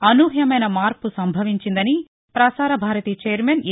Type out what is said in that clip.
అనూహ్యమైన మార్పు సంభవించిందని పసార భారతి వైర్మన్ ఎ